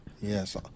yes